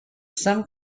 some